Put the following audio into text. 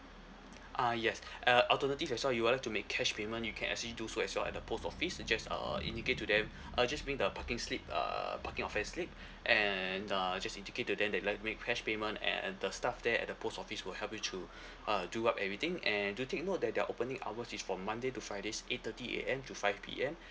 uh yes uh alternative as well you would like to make cash payment you can actually do so as well at the post office just uh indicate to them uh just bring the parking slip uh parking offence slip and uh just indicate to them that you'd like to make cash payment and the staff there at the post office will help you to uh do up everything and do take note that their opening hours is from monday to fridays eight thirty A_M to five P_M